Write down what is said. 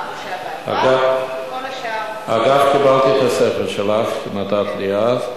אגב, קיבלתי את הספר שלך, שנתת לי אז,